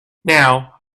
now